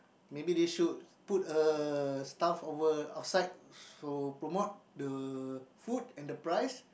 maybe they should put a staff over outside to promote the food and the price